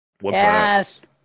Yes